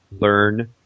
learn